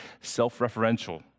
self-referential